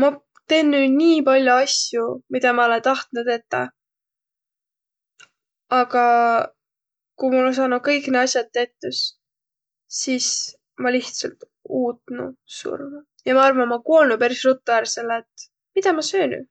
ma tennüq nii pall'o asju midä ma olõ tahtuq tetäq, aga ku mul saanuq kõik na as'aq tettüs, sis ma lihtsält uutnuq surma. Ja ma arva, et ma koolnuq peris ruttu ärq, selle et midä ma söönüq?